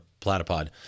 Platypod